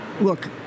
look